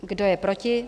Kdo je proti?